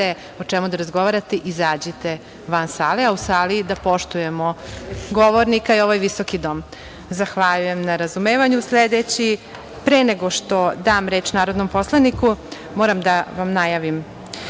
o čemu da razgovarate izađite van sale, a u sali da poštujemo govornika, jer ovo je visoki dom. Zahvaljujem na razumevanju. Pre nego što dam reč narodnom poslaniku, moram da vam najavim,